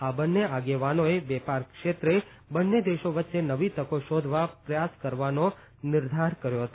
આ બંને આગેવાનોએ વેપાર ક્ષેત્રે બંને દેશો વચ્ચે નવી તકો શોધવા પ્રયાસ કરવાનો નિર્ધાર કર્યો હતો